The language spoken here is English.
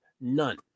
None